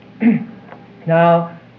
Now